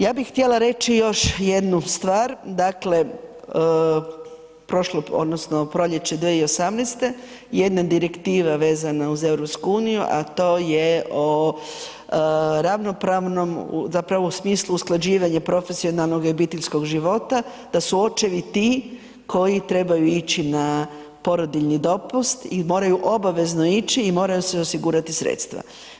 Ja bih htjela reći još jednu stvar, dakle, prošlo odnosno u proljeće 2018. jedna direktiva vezana uz EU, a to je o ravnopravnom zapravo u smislu usklađivanja profesionalnog i obiteljskog života, da su očevi ti koji trebaju ići na porodiljni dopust i moraju obavezno ići i moraju se osigurati sredstva.